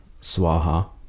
swaha